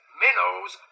minnows